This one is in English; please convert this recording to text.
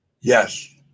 Yes